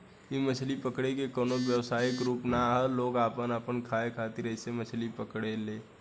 इ मछली पकड़े के कवनो व्यवसायिक रूप ना ह लोग अपना के खाए खातिर ऐइसे मछली पकड़े ले